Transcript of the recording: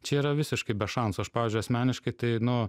čia yra visiškai be šansų aš pavyzdžiui asmeniškai tai nu